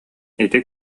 ити